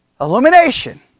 Illumination